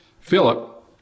Philip